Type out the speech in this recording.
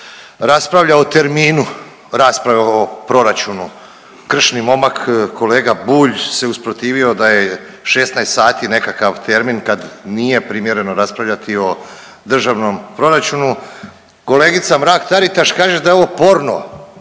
raspravlja o terminu rasprave o proračunu. Kršni momak kolega Bulj se usprotivio da je 16h nekakav termin kad nije primjereno raspravljati o državnom proračunu. Kolegica Mrak-Taritaš kaže da je ovo porno